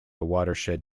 watershed